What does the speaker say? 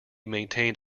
maintained